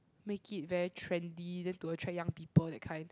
make it very trendy then to attract young people that kind